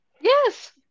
Yes